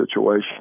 situation